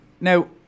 now